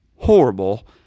Horrible